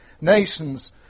nations